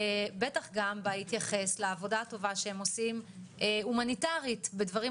בטח גם בהתייחס לעבודה הטובה שהם עושים הומניטארית בדברים